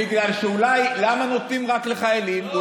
בגלל, אולי, למה נותנים רק לחיילים?